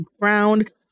ground